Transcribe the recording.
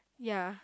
ya